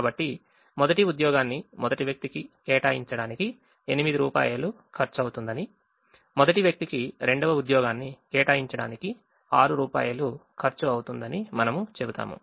కాబట్టి మొదటి ఉద్యోగాన్ని మొదటి వ్యక్తికి కేటాయించడానికి 8 రూపాయలు ఖర్చవుతుందని మొదటి వ్యక్తికి రెండవ ఉద్యోగాన్ని కేటాయించడానికి 6 రూపాయలు ఖర్చవుతుందని మనము చెబుతాము